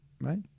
right